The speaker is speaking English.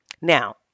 Now